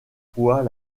fois